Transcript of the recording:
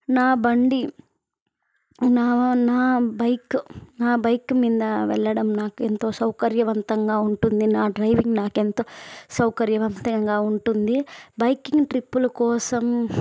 నా బండి నా నా బైక్ నా బైక్ మీద వెళ్ళడం నాకు ఎంతో సౌకర్యవంతంగా ఉంటుంది నా డ్రైవింగ్ నాకు ఎంతో సౌకర్యవంతంగా ఉంటుంది బైకింగ్ ట్రిప్పుల కోసం